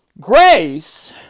Grace